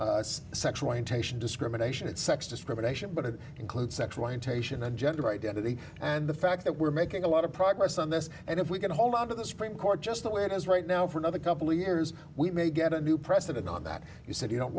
to sexual orientation discrimination and sex discrimination but it includes sexual orientation and gender identity and the fact that we're making a lot of progress on this and if we can hold on to the supreme court just the way it is right now for another couple of years we may get a new precedent not that you said you don't